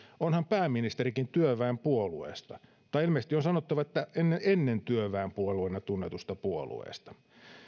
onhan pääministerikin työväenpuolueesta tai ilmeisesti on sanottava että ennen ennen työväenpuolueena tunnetusta puolueesta